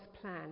plan